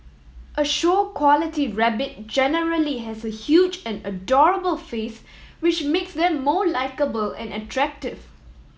a show quality rabbit generally has a huge and adorable face which makes them more likeable and attractive